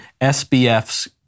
SBF's